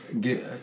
Get